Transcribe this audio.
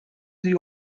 sie